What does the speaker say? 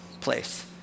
place